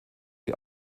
die